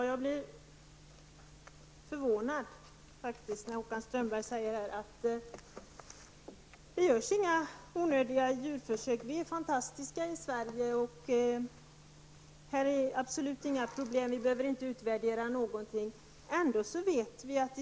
Herr talman! Jag blev förvånad när Håkan Strömberg sade att det inte görs några onödiga djurförsök, att vi i Sverige är fantastiska och att det absolut inte finns några problem eller något annat som behöver utvärderas.